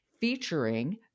featuring